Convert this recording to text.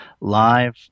live